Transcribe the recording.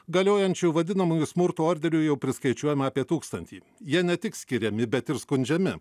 galiojančiu vadinamųjų smurto orderiu jau priskaičiuojama apie tūkstantį jie ne tik skiriami bet ir skundžiami